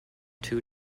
two